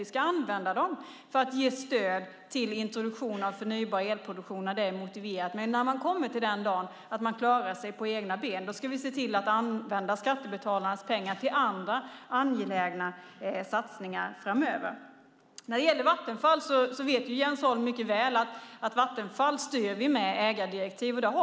Vi ska använda dem för att ge stöd till introduktion av förnybar elproduktion när det är motiverat. Men när den dagen kommer då man klarar sig på egna ben ska vi se till att använda skattebetalarnas pengar till andra angelägna satsningar. Vattenfall styr vi, som Jens Holm vet, med ägardirektiv.